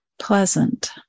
pleasant